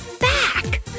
back